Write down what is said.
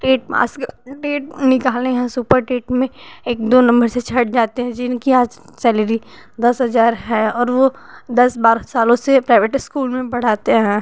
TET pass TET निकाले हैं super TET में एक दो नंबर से छट जाते हैं जिनकी आज सैलरी दस हजार है और वो दस बारह सालों से प्राइवेट इस्कूल में पढ़ाते हैं